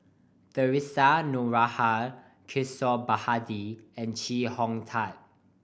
Theresa Noronha Kishore Mahbubani and Chee Hong Tat